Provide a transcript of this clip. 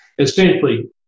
Essentially